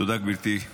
תודה, גברתי.